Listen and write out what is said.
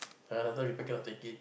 other people cannot take it